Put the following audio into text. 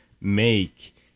make